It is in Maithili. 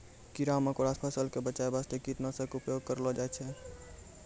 कीड़ा मकोड़ा सॅ फसल क बचाय वास्तॅ कीटनाशक के उपयोग करलो जाय छै